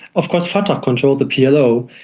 of course fatah controlled the plo,